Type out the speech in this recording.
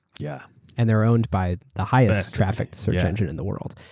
yeah and they're owned by the highest traffic search engine in the world.